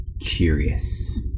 curious